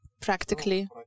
practically